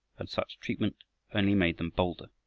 and such treatment only made them bolder.